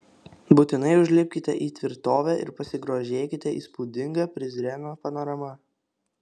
būtinai užlipkite į tvirtovę ir pasigrožėkite įspūdinga prizreno panorama